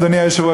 אדוני היושב-ראש,